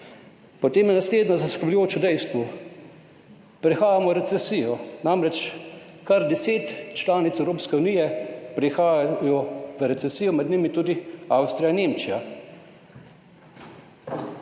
Potem je zaskrbljujoče naslednje dejstvo: prihajamo v recesijo. Namreč, kar 10 članic Evropske unije prihaja v recesijo, med njimi tudi Avstrija in Nemčija.